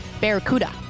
Barracuda